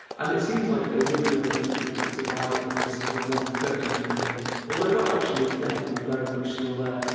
and it seems like they really don't want people to buy office as a one-off purchase any more although that option is definitely very much still there.